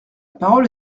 parole